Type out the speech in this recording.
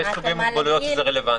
יש סוגי מוגבלויות שזה רלוונטי,